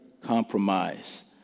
compromise